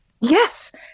Yes